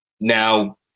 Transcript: now